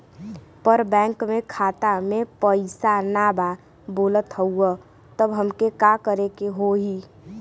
पर बैंक मे खाता मे पयीसा ना बा बोलत हउँव तब हमके का करे के होहीं?